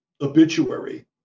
obituary